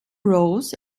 roles